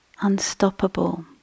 unstoppable